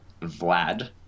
Vlad